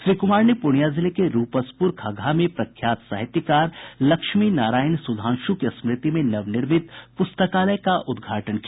श्री कुमार ने पूर्णिया जिले के रूपसपुर खगहा में प्रख्यात साहित्यकार लक्ष्मी नारायण सुधांशु की स्मृति में नवनिर्मित पुस्तकालय का उद्घाटन किया